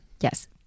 Yes